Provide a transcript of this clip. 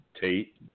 Tate